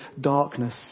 darkness